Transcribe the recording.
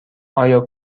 آیا